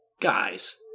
guys